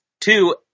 Two